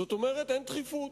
זאת אומרת, אין דחיפות.